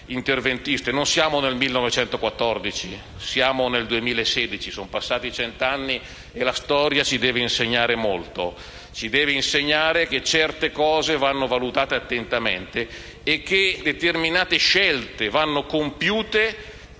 non siamo nel 1914, siamo nel 2016. Sono passati cento anni e la storia ci deve insegnare molto. Ci deve insegnare che certe situazioni vanno valutate attentamente e determinate scelte vanno assunte ben